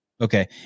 okay